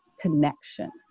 connection